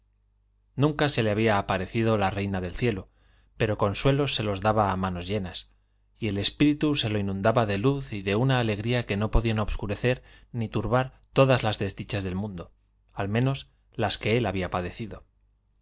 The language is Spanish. nunca se le había aparecido la reina del cielo pero consuelos se los daba a manos llenas y el espíritu se lo inundaba de luz y de una alegría que no podían obscurecer ni turbar todas las desdichas del mundo al menos las que él había padecido